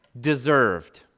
deserved